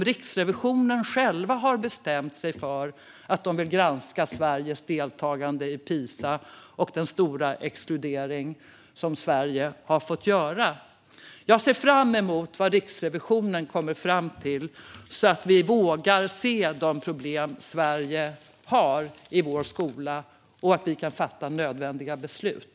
Riksrevisionen har nämligen själv bestämt sig för att den vill granska Sveriges deltagande i PISA och den stora exkludering som Sverige har fått göra. Jag ser fram emot att läsa vad Riksrevisionen kommer fram till så att vi kan våga se de problem som Sverige har vad gäller skolan och så att vi kan fatta nödvändiga beslut.